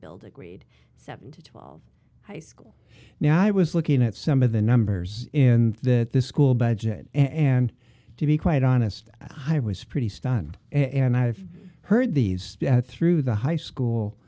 build a grade seven to twelve high school now i was looking at some of the numbers in that this school budget and to be quite honest i was pretty stunned and i've heard these through the high school